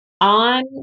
on